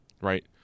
right